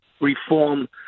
reform